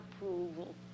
approval